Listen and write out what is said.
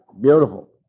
beautiful